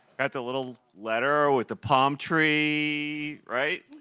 at the little letter with the palm tree, right?